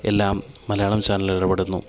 എല്ലാം മലയാളം ചാനൽ ഇടപെടുന്നു